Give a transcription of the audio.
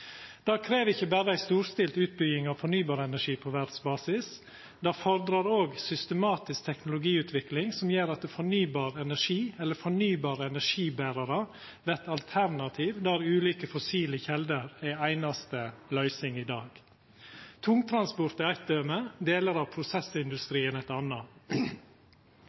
Det krev ikkje berre ei storstilt utbygging av fornybar energi på verdsbasis – det fordrar òg ei systematisk teknologiutvikling, som gjer at fornybar energi eller fornybare energiberarar vert alternativ der ulike fossile kjelder er einaste løysing i dag. Tungtransport er eit døme. Deler av prosessindustrien er eit anna.